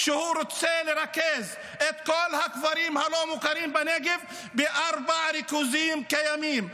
הוא רוצה לרכז את כל הכפרים הלא-מוכרים בנגב בארבעה ריכוזים קיימים.